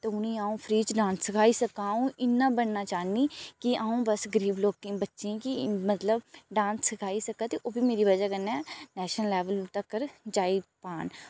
ते उ'नें ई अ'ऊं फ्री च डांस सखाई सक्कां अ'ऊं इ'न्ना बनना चाहन्नीं की अ'ऊं बस गरीब लोकें बच्चे गी मतलब डांस सखाई सक्कां ते ओह् बी मेरी बजह् कन्नै नेशनल लेवल तक्कर जाई पान